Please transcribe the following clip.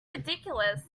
ridiculous